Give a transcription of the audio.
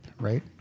right